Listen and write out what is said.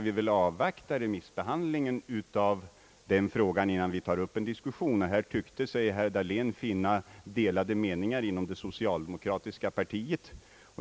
Vi bör avvakta remissbehandlingen innan vi tar upp en diskussion. Här tyckte sig herr Dahlén finna delade meningar inom socialdemokratiska partiet.